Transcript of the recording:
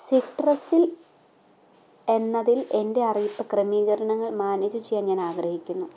സിട്രസ്ൽ എന്നതിൽ എൻ്റെ അറിയിപ്പ് ക്രമീകരണങ്ങൾ മാനേജ് ചെയ്യാൻ ഞാൻ ആഗ്രഹിക്കുന്നു